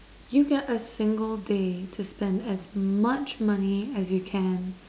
you got a single day to spend as much money as you can